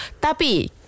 Tapi